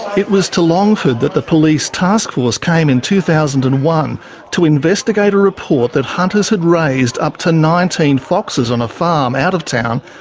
it was to longford that the police task force came in two thousand and one to investigate a report that hunters had raised up to nineteen foxes on a farm out of town,